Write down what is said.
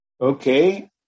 Okay